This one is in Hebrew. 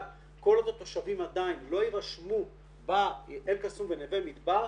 אבל כל עוד התושבים לא יירשמו באלקסום ונווה מדבר,